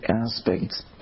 aspects